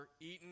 eaten